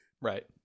right